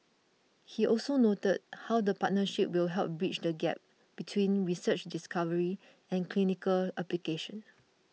he also noted how the partnership will help bridge the gap between research discovery and clinical application